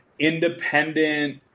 Independent